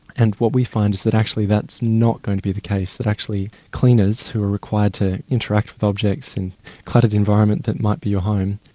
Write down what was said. and what we find is that actually that's not going to be the case, that actually cleaners who are required to interact with objects and the cluttered environment that might be your home,